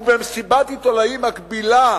ובמסיבת עיתונאים מקבילה